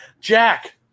Jack